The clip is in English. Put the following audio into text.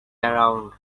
around